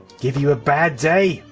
give you a bad day!